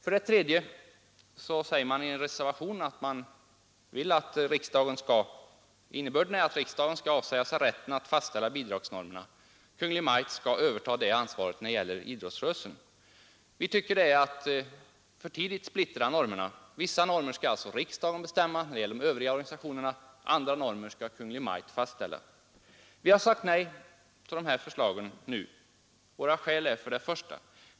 I en tredje reservation är innebörden att riksdagen skall avsäga sig rätten att fastställa bidragsnormerna och att Kungl. Maj:t skall överta det ansvaret när det gäller idrottsrörelsen. Vi tycker att det är för tidigt att splittra normerna. Vissa normer skall alltså riksdagen bestämma när det gäller de övriga organisationerna, andra normer skall Kungl. Maj:t fastställa. Vi har nu sagt nej till dessa förslag. Våra skäl är följande: 1.